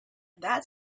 that